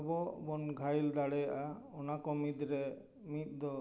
ᱟᱵᱚ ᱵᱚᱱ ᱜᱷᱟᱭᱮᱞ ᱫᱟᱲᱮᱭᱟᱜᱼᱟ ᱚᱱᱟ ᱠᱚ ᱢᱩᱫ ᱨᱮ ᱢᱤᱫ ᱫᱚ